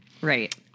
Right